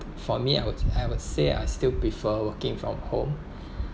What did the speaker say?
for me I would I would say I still prefer working from home